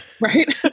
Right